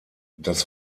das